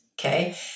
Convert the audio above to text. Okay